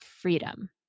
freedom